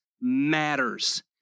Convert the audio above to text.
matters